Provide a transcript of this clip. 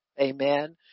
Amen